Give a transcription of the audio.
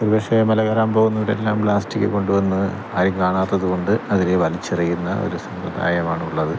ഒരു പക്ഷെ മല കയറാൻ പോകുന്നവരെല്ലാം പ്ലാസ്റ്റിക്ക് കൊണ്ടുവന്ന് ആരും കാണാത്തതുകൊണ്ട് അതിനെ വലിച്ചെറിയുന്ന ഒരു സമ്പ്രദായമാണുള്ളത്